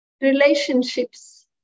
relationships